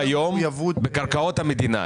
היום בקרקעות המדינה.